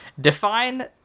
Define